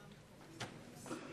זחאלקה, בבקשה,